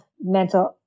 mental